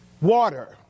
water